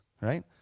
right